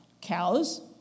Cows